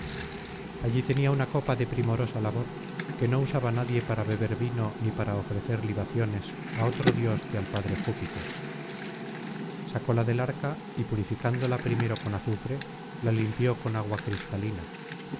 allí tenía una copa de primorosa labor que no usaba nadie para beber vino ni para ofrecer libaciones á otro dios que al padre júpiter sacóla del arca y purificándola primero con azufre la limpió con agua cristalina